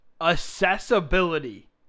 Accessibility